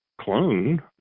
clone